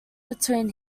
between